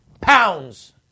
pounds